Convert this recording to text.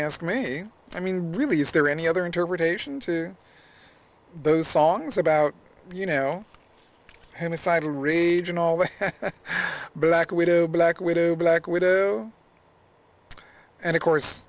ask me i mean really is there any other interpretation to those songs about you know him aside a rage and all the black widow black widow black widow and of course